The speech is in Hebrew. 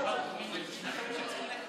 התש"ף 2020,